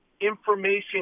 information